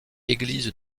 église